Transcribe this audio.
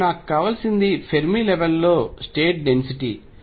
కాబట్టి నాకు కావలసింది ఫెర్మి లెవెల్ లో స్టేట్ డెన్సిటీ